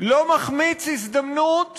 לא מחמיץ הזדמנות